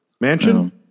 Mansion